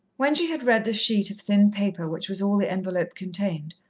when she had read the sheet of thin paper which was all the envelope contained,